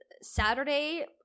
Saturday